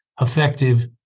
effective